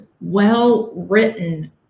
well-written